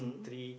three